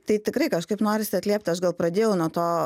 tai tikrai kažkaip norisi atliept aš gal pradėjau nuo to